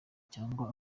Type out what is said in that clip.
cyangwa